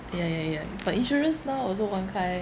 ya ya ya but insurance now also one kind